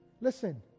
Listen